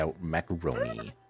macaroni